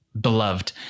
beloved